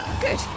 Good